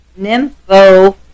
nympho